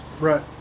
Right